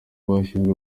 bashinzwe